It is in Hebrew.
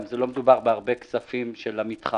גם לא מדובר בהרבה כסף עבור המתחם.